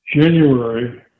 January